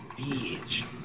bitch